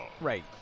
right